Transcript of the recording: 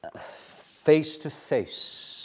Face-to-face